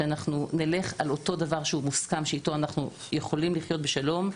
הוא שאנחנו נלך על אותו דבר שהוא מסוכם שאיתו אנחנו יכולים לחיות בשלום.